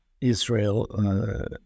Israel